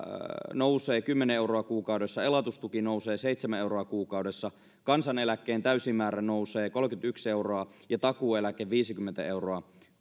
nousee kymmenen euroa kuukaudessa elatustuki nousee seitsemän euroa kuukaudessa kansaneläkkeen täysimäärä nousee kolmekymmentäyksi euroa ja takuueläke viisikymmentä euroa